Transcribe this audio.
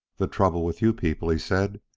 the trouble with you people, he said,